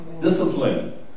Discipline